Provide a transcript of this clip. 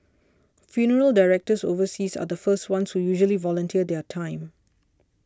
funeral directors overseas are the first ones who usually volunteer their time